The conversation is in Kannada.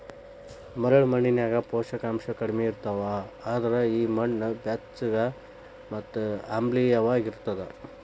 ಮರಳ ಮಣ್ಣಿನ್ಯಾಗ ಪೋಷಕಾಂಶ ಕಡಿಮಿ ಇರ್ತಾವ, ಅದ್ರ ಈ ಮಣ್ಣ ಬೆಚ್ಚಗ ಮತ್ತ ಆಮ್ಲಿಯವಾಗಿರತೇತಿ